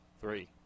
Three